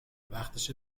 وقتشه